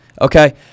okay